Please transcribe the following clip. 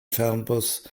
fernbus